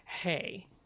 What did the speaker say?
hey